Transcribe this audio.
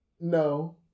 No